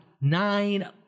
nine